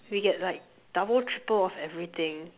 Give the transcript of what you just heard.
we get like double triple of everything